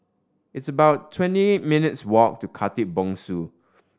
it's about twenty eight minutes' walk to Khatib Bongsu